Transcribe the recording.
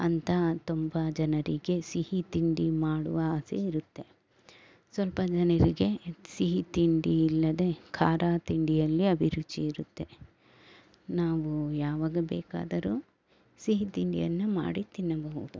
ಅಂತ ತುಂಬ ಜನರಿಗೆ ಸಿಹಿ ತಿಂಡಿ ಮಾಡುವ ಆಸೆ ಇರುತ್ತೆ ಸ್ವಲ್ಪ ಜನರಿಗೆ ಸಿಹಿ ತಿಂಡಿ ಇಲ್ಲದೆ ಖಾರ ತಿಂಡಿಯಲ್ಲೇ ಅಭಿರುಚಿ ಇರುತ್ತೆ ನಾವು ಯಾವಾಗ ಬೇಕಾದರೂ ಸಿಹಿ ತಿಂಡಿಯನ್ನು ಮಾಡಿ ತಿನ್ನಬಹುದು